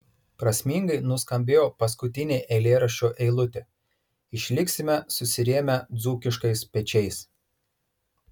prasmingai nuskambėjo paskutinė eilėraščio eilutė išliksime susirėmę dzūkiškais pečiais